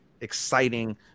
exciting